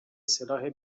سلاح